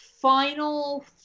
final